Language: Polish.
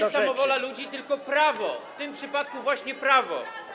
Nie samowola ludzi, tylko prawo, w tym przypadku właśnie prawo.